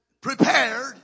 prepared